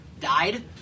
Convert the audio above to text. died